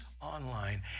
online